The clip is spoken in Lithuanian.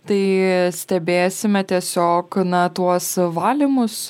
tai stebėsime tiesiog na tuos valymus